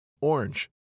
Orange